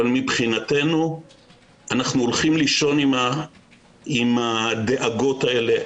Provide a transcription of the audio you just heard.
אבל אנחנו הולכים לישון עם הדאגות האלה,